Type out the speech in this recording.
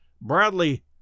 Bradley